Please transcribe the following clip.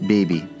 Baby